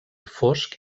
fosc